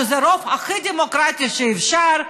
שזה הרוב הכי דמוקרטי שאפשר,